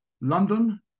London